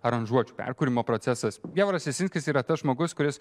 aranžuočių perkūrimo procesas javoras jasinskis yra tas žmogus kuris